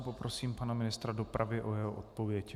Poprosím pana ministra dopravy o jeho odpověď.